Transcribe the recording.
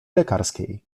lekarskiej